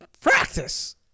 Practice